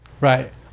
Right